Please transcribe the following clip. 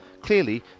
Clearly